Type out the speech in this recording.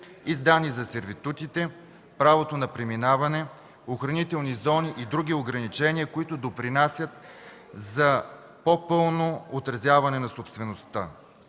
и данни за сервитутите, правото на преминаване, охранителни зони и други ограничения, които допринасят за по-пълно отразяване на собствеността.